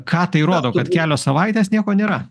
ką tai rodo kad kelios savaitės nieko nėra